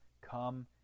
come